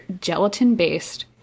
gelatin-based